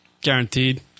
Guaranteed